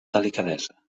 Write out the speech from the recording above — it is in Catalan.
delicadesa